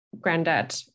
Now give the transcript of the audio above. granddad